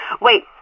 Wait